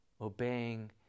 obeying